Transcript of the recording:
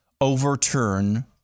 overturn